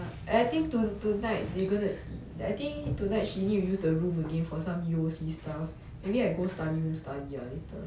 and I think to~ tonight they gonna I think tonight she need to use the room again for some U_O_C stuff maybe I go study room study lah later